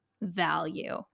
value